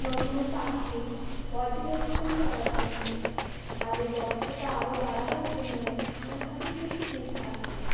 নতুন পাখি পর্যবেক্ষণ করার জন্য তাদের দক্ষতা আরও বাড়াবার জন্য আমার কাছে কিছু টিপস আছে